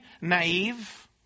naive